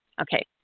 Okay